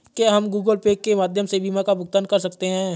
क्या हम Google Pay के माध्यम से बीमा का भुगतान कर सकते हैं?